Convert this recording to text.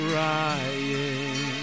Crying